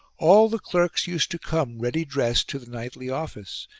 all the clerks used to come ready dressed to the nightly office,